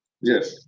Yes